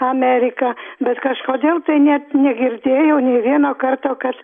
ameriką bet kažkodėl net negirdėjau nė vieno karto kad